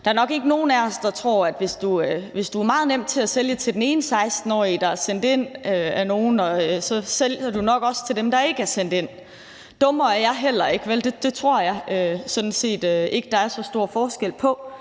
Der er nok ikke nogen af os, der tror, at der er forskel, altså hvis du meget nemt sælger til den ene 16-årige, der er sendt ind af nogle, så sælger du nok også til dem, der ikke er sendt ind. Dummere er jeg heller ikke. Det tror jeg sådan set ikke der er så stor forskel på.